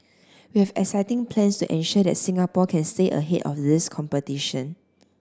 we have exciting plans to ensure that Singapore can stay ahead of this competition